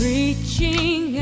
Reaching